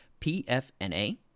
PFNA